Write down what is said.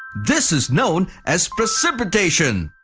this is known as precipitation.